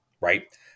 right